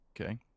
Okay